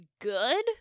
good